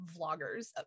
vloggers